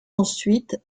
ensuite